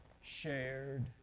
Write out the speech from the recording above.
shared